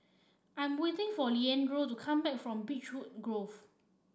I'm waiting for Leandro to come back from Beechwood Grove